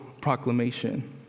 proclamation